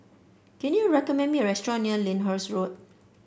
can you recommend me a restaurant near Lyndhurst Road